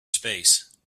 space